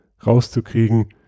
rauszukriegen